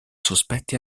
sospetti